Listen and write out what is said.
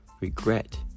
Regret